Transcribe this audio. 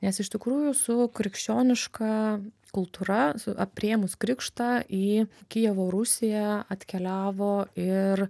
nes iš tikrųjų su krikščioniška kultūra su priėmus krikštą į kijevo rusiją atkeliavo ir